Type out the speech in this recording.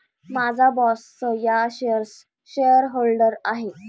माझा बॉसच या शेअर्सचा शेअरहोल्डर आहे